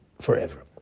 forever